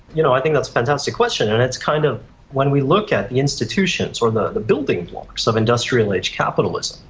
you know i think that's a fantastic question and it's kind of when we look at the institutions, or the the building blocks of industrial age capitalism,